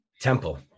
Temple